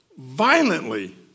violently